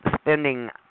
spending